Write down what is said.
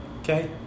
Okay